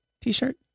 T-shirt